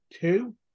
Two